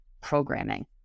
programming